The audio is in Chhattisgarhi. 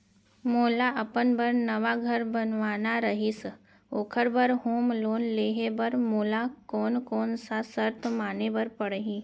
मोला अपन बर नवा घर बनवाना रहिस ओखर बर होम लोन लेहे बर मोला कोन कोन सा शर्त माने बर पड़ही?